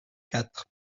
quatre